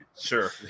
Sure